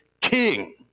king